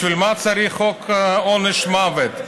בשביל מה צריך עונש מוות?